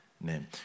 name